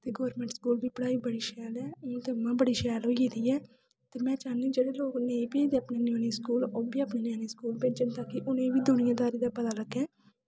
ते government school बी पढ़ाई बड़ी शैल ऐ हून ते इ'यां बड़ी शैल होई गेदी ऐ ते में चाह्न्नी आं जेह्ड़े लोग नेईं भेजदे अपने ञ्यानें गी स्कूल ओह् बी अनें ञ्यानें गी स्कूल भेजन तां कि उ'नें गी बी दुनियादारी दा पता लग्गै